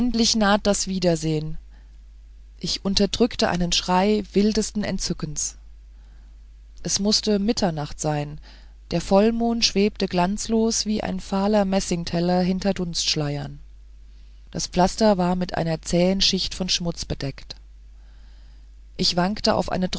naht das widersehen ich unterdrückte einen schrei wildesten entzückens es mußte mitternacht sein der vollmond schwebte glanzlos wie ein fahler messingteller hinter dunstschleiern das pflaster war mit einer zähen schicht von schmutz bedeckt ich wankte auf eine